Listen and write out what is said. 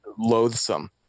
loathsome